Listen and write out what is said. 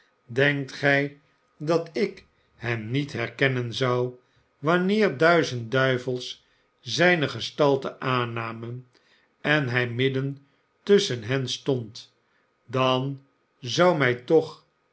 denkt gij dat ik hem niet herkennen zou wanneer duizend duivels zijne gestalte aannamen en hij midden tusschen hen stond dan zou mij toch